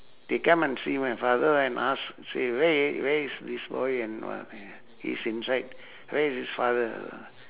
they come and see my father and ask say where i~ where is this boy and all that he's inside where is his father